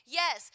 yes